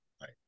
Right